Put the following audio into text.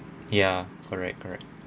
ya correct correct